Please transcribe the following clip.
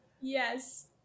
Yes